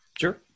Sure